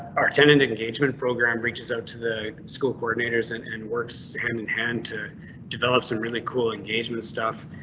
are tenant engagement program reaches out to the school coordinators and and works hand in hand to develop some really cool engagement stuff.